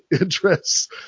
interests